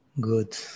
Good